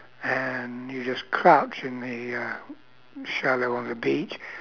and you just crouch in the uh shallow on the beach